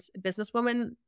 businesswoman